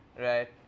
right